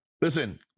listen